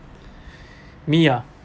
me ah